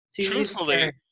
truthfully